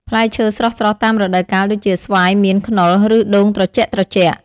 ផ្លែឈើស្រស់ៗតាមរដូវកាលដូចជា ស្វាយ មៀន ខ្នុរ ឬដូងត្រជាក់ៗ ។